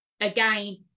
again